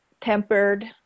tempered